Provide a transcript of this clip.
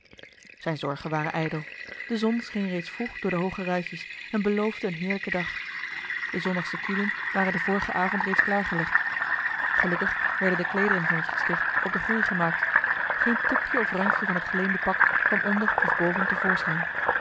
zijne zorgen waren ijdel de zon scheen reeds vroeg door de hooge ruitjes en beloofde een heerlijken dag de zondagsche kielen waren den vorigen avond reeds klaar gelegd gelukkig werden de kleederen van het gesticht op den groei gemaakt geen tipje of randje van het geleende pak kwam onder of boven